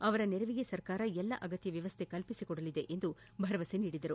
ಅವರ ನೆರವಿಗೆ ಸರ್ಕಾರ ಎಲ್ಲ ಅಗತ್ಯ ವ್ಯವಸ್ಥೆ ಕಲ್ಪಿಸಿಕೊಡಲಿದೆ ಎಂದು ಭರವಸೆ ನೀಡಿದರು